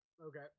Okay